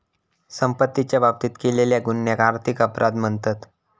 संपत्तीच्या बाबतीत केलेल्या गुन्ह्यांका आर्थिक अपराध म्हणतत